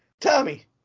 Tommy